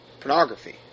pornography